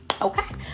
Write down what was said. okay